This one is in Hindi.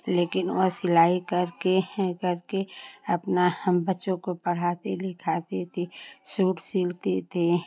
लेकिन वह सिलाई करके करती अपना बच्चो को पढ़ाती भी लिखाती थी शूट सिलती थी